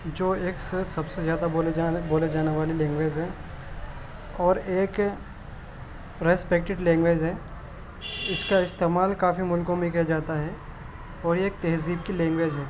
جو ایک سب سے زیادہ بولے جانے بولے جانے والی لینگویج ہے اور ایک ریسپکٹڈ لینگویج ہے اس کا استعمال کافی ملکوں میں کیا جاتا ہے اور ایک تہذیب کی لینگویج ہے